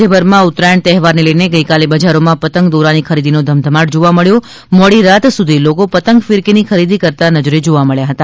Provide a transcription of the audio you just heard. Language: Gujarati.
રાજ્યભરમાં ઉત્તરાયણ તહેવારને લઇને ગઇકાલે બજારોમાં પતંગ દોરાની ખરીદીનો ધમધમાટ જોવા મળ્યો છે મોડી રાત સુધી લોકો પતંગ ફિરકીની ખરીદી કરતાં નજરે જોવા મળ્યા હતા